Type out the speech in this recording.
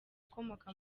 akomoka